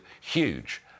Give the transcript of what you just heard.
huge